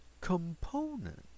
component